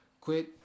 Quit